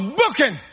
booking